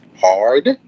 hard